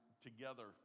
together